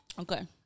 Okay